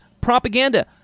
propaganda